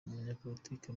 umunyapolitike